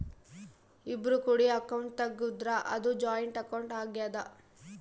ಇಬ್ರು ಕೂಡಿ ಅಕೌಂಟ್ ತೆಗುದ್ರ ಅದು ಜಾಯಿಂಟ್ ಅಕೌಂಟ್ ಆಗ್ಯಾದ